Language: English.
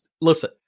Listen